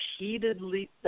repeatedly